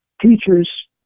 teachers